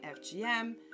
FGM